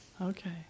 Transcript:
okay